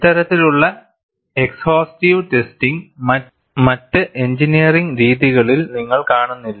ഇത്തരത്തിലുള്ള exhaustive testing മറ്റ് engineering രീതികളിൽ നിങ്ങൾ കാണുന്നില്ല